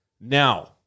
Now